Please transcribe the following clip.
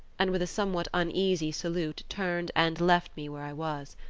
and with a somewhat uneasy salute turned and left me where i was.